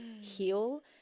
heal